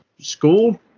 school